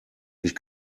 ich